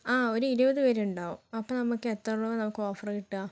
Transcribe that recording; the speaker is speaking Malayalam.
ആ ഒരു ഇരുപത് പേരുണ്ടാകും അപ്പോൾ നമുക്ക് എത്ര രൂപ നമുക്കോഫറ് കിട്ടുക